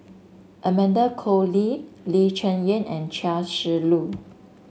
Amanda Koe Lee Lee Cheng Yan and Chia Shi Lu